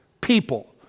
people